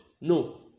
No